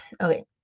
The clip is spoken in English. okay